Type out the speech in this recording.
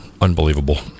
Unbelievable